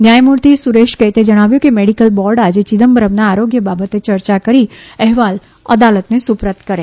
ન્યાયમૂર્તિ સુરેશ કૈતે જણાવ્યું કે મેડિકલ બોર્ડ આજે ચિદમ્બરમના આરોગ્ય બાબતે ચર્ચા કરી તેનો અહેવાલ અદાલતને સુપરત કરે